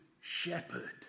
shepherd